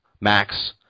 max